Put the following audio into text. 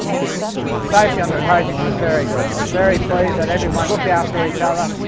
safety on the project was very good. i was very pleased that everyone looked after each other,